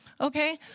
okay